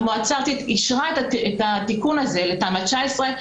והמועצה הארצית אישרה את התיקון הזה לתמ"א 19,